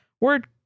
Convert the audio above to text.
Word